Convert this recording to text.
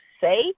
say